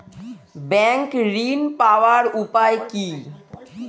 Bank ঋণ পাওয়ার উপায় কি?